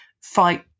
fight